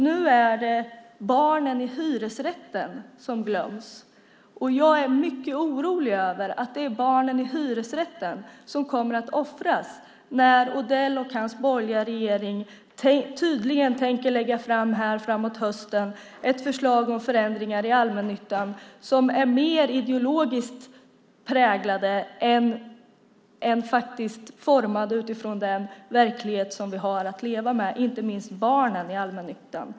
Nu är det barnen i hyresrätten som glöms. Jag är mycket orolig över att det är barnen i hyresrätten som kommer att offras när Odell och hans borgerliga regering framåt hösten tydligen tänker lägga fram ett förslag om förändringar i allmännyttan som är mer ideologiskt präglat än faktiskt format utifrån den verklighet som vi har att leva i, inte minst barnen i allmännyttan.